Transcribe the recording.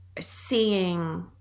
seeing